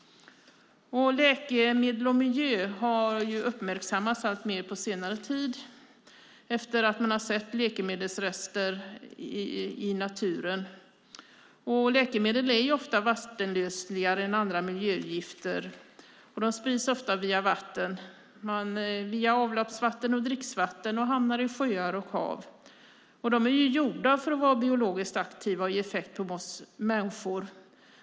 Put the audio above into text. Läkemedel och miljö har uppmärksammats alltmer på senare tid, efter att man har sett läkemedelsrester i naturen. Läkemedel är ofta mer vattenlösliga än andra miljögifter. De sprids ofta via vatten, via avloppsvatten och dricksvatten, och hamnar i sjöar och hav. De är gjorda för att vara biologiskt aktiva och ge effekt på oss människor.